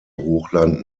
hochland